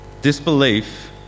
Disbelief